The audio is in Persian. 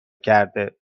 کرده